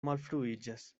malfruiĝas